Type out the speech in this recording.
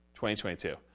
2022